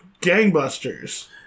gangbusters